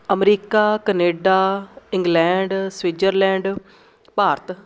America Canada England Switzerland Bharat